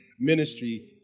ministry